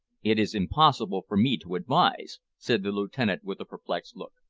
it is impossible for me to advise, said the lieutenant with a perplexed look.